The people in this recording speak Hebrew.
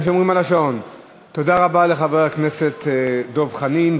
תודה רבה לחבר הכנסת דב חנין.